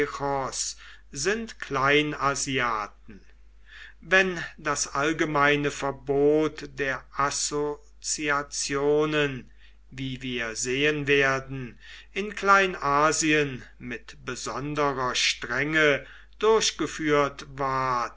sind kleinasiaten wenn das allgemeine verbot der assoziationen wie wir sehen werden in kleinasien mit besonderer strenge durchgeführt ward